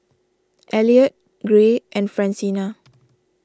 Elliot Gray and Francina